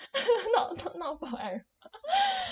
not not not